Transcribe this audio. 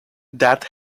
that